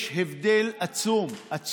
יש הבדל עצום, עצום,